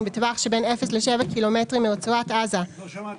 בטווח שבין 0 ל-7 קילומטרים מרצועת עזה --- לא שמעתי.